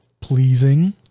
pleasing